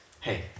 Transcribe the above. hey